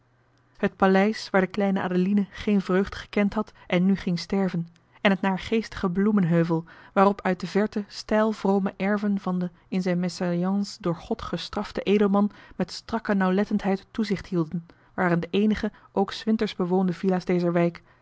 het paleis waar de kleine adeline geen vreugde gekend had en nu ging sterven en het naargeestige bloemenheuvel waarop uit de verte steil vrome johan de meester de zonde in het deftige dorp erven van den in zijn mésalliance door god gestraften edelman met strakke nauwlettendheid toezicht hielden waren de eenige ook s winters bewoonde villa's dezer wijk